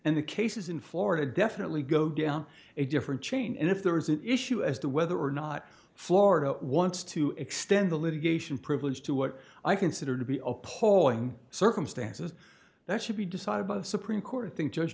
and the cases in florida definitely go on a different chain and if there is an issue as to whether or not florida wants to extend the litigation privilege to what i consider to be appalling circumstances that should be decided by the supreme court